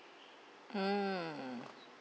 mm